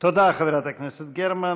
תודה, חברת הכנסת גרמן.